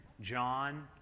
john